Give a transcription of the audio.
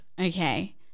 Okay